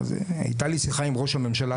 הייתה לי שיחה עם ראש הממשלה,